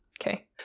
Okay